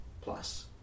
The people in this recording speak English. plus